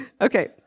Okay